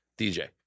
DJ